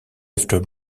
after